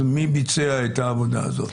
אז מי ביצע את העבודה הזאת?